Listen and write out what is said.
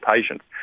patients